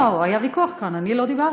לא, היה ויכוח כאן, אני לא דיברתי.